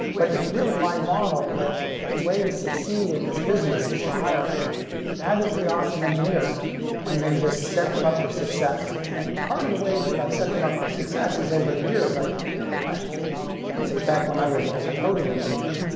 but it's really my model that the way to succeed in this business is to hire fabulously awesome engineers and then just set them up for success. and part of the ways that i've set them up for success is, over the years, i've i've you know let's say, back when i was a ah coding engineer,